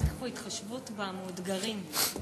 צריך פה התחשבות במאותגרים.